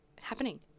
happening